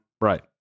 Right